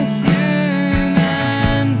human